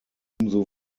umso